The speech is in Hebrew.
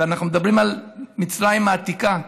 אנחנו מדברים על מצרים העתיקה,